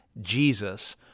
Jesus